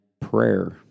prayer